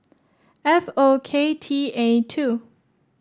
F O K T A two